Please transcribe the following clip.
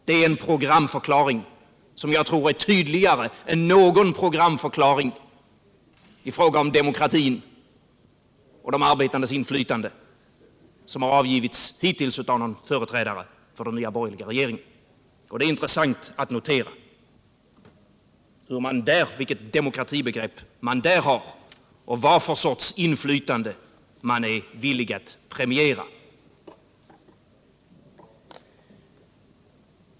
Det är en programförklaring som jag tror är tydligare än någon programförklaring i fråga om demokratin och de arbetandes inflytande som har avgivits hittills av någon företrädare för den nya, borgerliga regeringen. Det är intressant att notera vilket demokratibegrepp man har och vad för sorts inflytande man är villig att premiera.